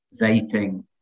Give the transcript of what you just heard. vaping